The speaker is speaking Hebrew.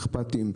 אכפתיים,